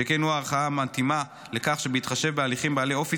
שכן הוא הערכאה המתאימה לכך בהתחשב בהליכים בעלי אופי